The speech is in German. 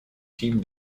team